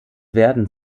werden